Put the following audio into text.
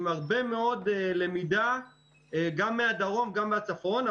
עם הרבה מאוד למידה גם מהדרום גם מהצפון.